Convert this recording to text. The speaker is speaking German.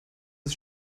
des